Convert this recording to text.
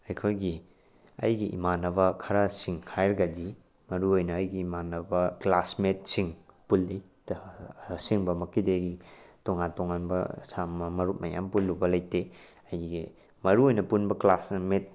ꯑꯩꯈꯣꯏꯒꯤ ꯑꯩꯒꯤ ꯏꯃꯥꯅꯕ ꯈꯔꯁꯤꯡ ꯍꯥꯏꯔꯒꯗꯤ ꯃꯔꯨ ꯑꯣꯏꯅ ꯑꯩꯒꯤ ꯏꯃꯥꯅꯕ ꯀ꯭ꯂꯥꯁꯃꯦꯠꯁꯤꯡ ꯄꯨꯜꯂꯤ ꯑꯁꯦꯡꯕꯃꯛꯀꯤꯗꯤ ꯑꯩ ꯇꯣꯉꯥꯟ ꯇꯣꯉꯥꯟꯕ ꯃꯔꯨꯞ ꯃꯌꯥꯝ ꯄꯨꯜꯂꯨꯕ ꯂꯩꯇꯦ ꯑꯩꯒꯤ ꯃꯔꯨ ꯑꯣꯏꯅ ꯀ꯭ꯂꯥꯁꯃꯦꯠ